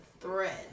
thread